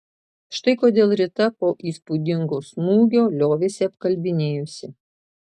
štai kodėl rita po įspūdingo smūgio liovėsi apkalbinėjusi